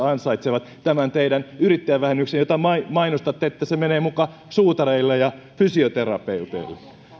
ansaitsevat tämän teidän yrittäjävähennyksenne jota mainostatte että se menee muka suutareille ja fysioterapeuteille